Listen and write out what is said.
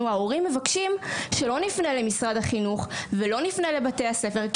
ההורים מבקשים שלא נפנה למשרד החינוך ולא נפנה לבתי הספר,